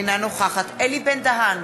אינה נוכחת אלי בן-דהן,